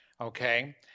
Okay